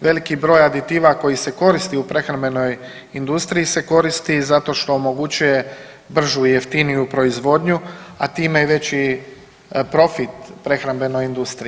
Veliki broj aditiva koji se koristi u prehrambenoj industriji se koristi zato što omogućuje bržu i jeftiniju proizvodnju, a time i veći profit prehrambenoj industriji.